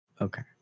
Okay